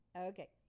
Okay